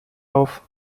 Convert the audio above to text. auf